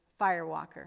firewalker